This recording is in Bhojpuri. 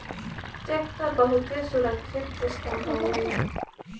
चेक त बहुते सुरक्षित सिस्टम हउए